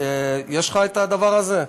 יש לך הדבר הזה?